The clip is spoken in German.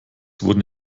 wurden